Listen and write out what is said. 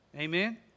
Amen